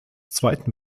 zweiten